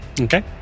Okay